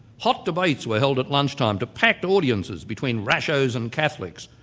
hot debates were held at lunchtime to packed audiences between rashos and catholics,